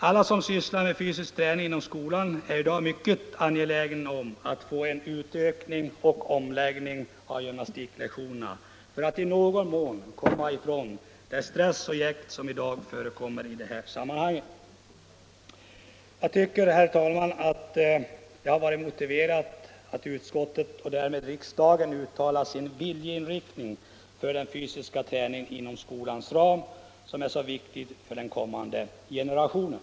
Alla som sysslar med fysisk träning inom skolan är i dag mycket angelägna om att få en utökning och omläggning av gymnastiklektionerna för att i någon mån komma ifrån den stress och det jäkt som i dag förekommer i de här sammanhangen. Jag tycker, herr talman, att det hade varit motiverat att utskottet och därmed riksdagen uttalat sin viljeinriktning för den fysiska träningen inom skolans ram, som är så viktig för den kommande generationen.